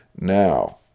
Now